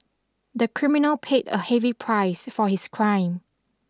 the criminal paid a heavy price for his crime